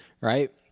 right